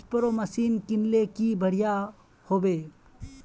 Spray machine किनले की बढ़िया होबवे?